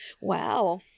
Wow